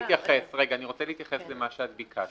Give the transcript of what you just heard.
רגע, אני רוצה להתייחס למה שאת ביקשת.